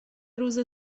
روز